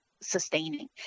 sustaining